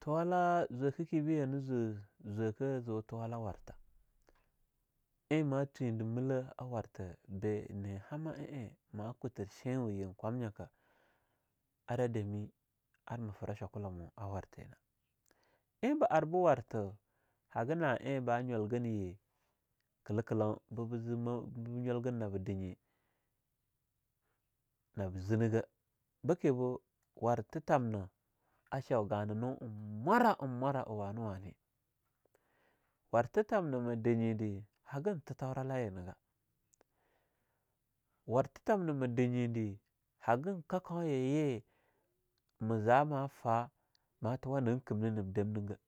Tuwala zwake ke ba hana zwe zwakah zu tuwala warta, ein ma tweede mila a warteh, be ne hama'a ein ma kutur sheinwuyi ein kwamnyaka, ara dami ar ma fra shokulamu a warthena? Ein ba ar bu warta haga na en ba nyulgin yi kelau-kelau be ba ze ba nulgin nab dinyi nab zine ga, beke bu wartha thamna a shau gananu ein mwarah ein mwarah wane-wane, wartha tham nah ma dee nye de hagan tetauralayina ga, wartha tham na ma dinye de hagin kakaunya ye ma zama fah ma tuwana kimninam dimnaga,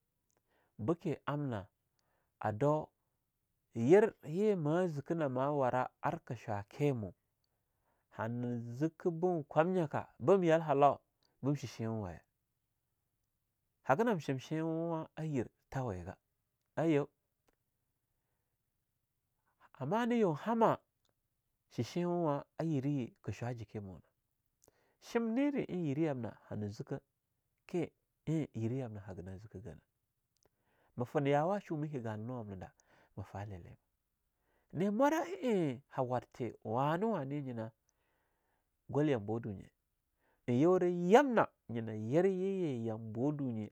be ke amna a dau yir ye ma zika nama wara ar ke shwake mo, hana zike ben kwamnyaka ben yal halau ben shi sheinwawaye, haga nab shim sheinwuwa a yir tawega aiyo, ama na yu hama shi sheinwawa a yiriye ke shwajike muna, shim nere en yiri yamna hana zikah ki ein yiriyamna haganau zike gana, ma fin yawa shumaki gananu amna da ma fa lele. Ni mwara a ein ha warte wane-wane nyina gwal yambawa dunye ein yura yamna yir ye yi yambawa dunye.